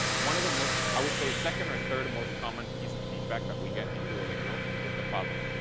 one of the most, i would say, second or third most common piece of feedback that we get in duolingo is the following.